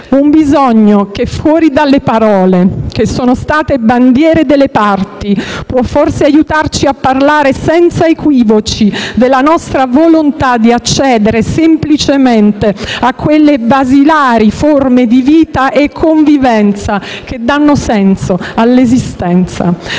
un bisogno che, fuori dalle parole che sono state bandiere delle parti, può forse aiutarci a parlare senza equivoci della nostra volontà di accedere semplicemente a quelle basilari forme di vita e convivenza che danno senso all'esistenza.